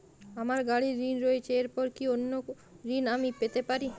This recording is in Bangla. আমার বাড়ীর ঋণ রয়েছে এরপর কি অন্য ঋণ আমি পেতে পারি?